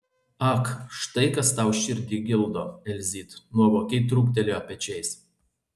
ak štai kas tau širdį gildo elzyt nuovokiai trūktelėjo pečiais